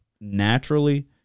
naturally